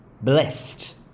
Blessed